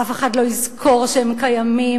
אף אחד לא יזכור שהם קיימים,